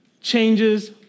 changes